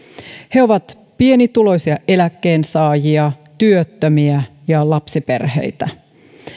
he ovat pienituloisia eläkkeensaajia työttömiä ja lapsiperheitä